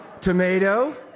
Tomato